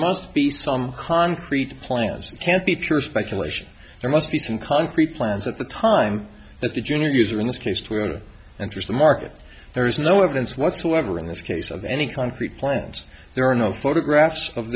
must be some concrete plans that can't be pure speculation there must be some concrete plans at the time that the junior user in this case twitter and use the market there is no evidence whatsoever in this case of any concrete plans there are no photographs of